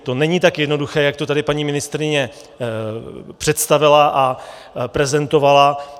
To není tak jednoduché, jak to tady paní ministryně představila a prezentovala.